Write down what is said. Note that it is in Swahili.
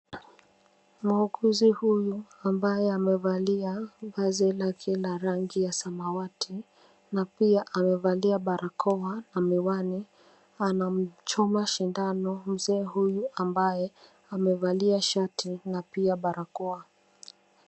Muuguzi huyu ambaye amevalia vazi lake la rangi ya samawati na pia amevalia barakoa na miwani anamchuma sindano mzee huyu ambaye amevalia shati na pia barakoa.